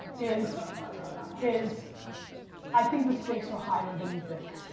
is is i think the stakes are higher than you think.